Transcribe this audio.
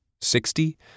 Sixty